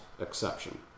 exception